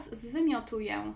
zwymiotuję